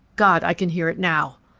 god, i can hear it now!